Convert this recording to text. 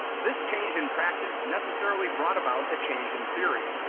this change in practice necessarily brought about a change in theory.